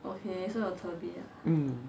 mm